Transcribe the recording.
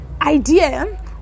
idea